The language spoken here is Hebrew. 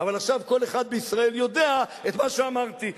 אבל עכשיו כל אחד בישראל יודע את מה שאמרתי,